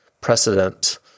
precedent